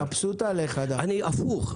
הפוך.